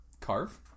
carve